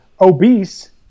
obese